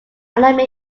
alan